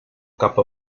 cap